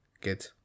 Good